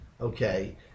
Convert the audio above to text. Okay